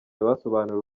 basobanuriwe